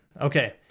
Okay